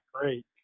great